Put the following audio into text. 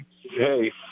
Hey